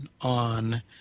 on